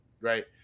Right